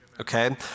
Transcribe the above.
okay